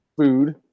food